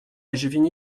juvigny